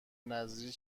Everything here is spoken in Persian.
نذری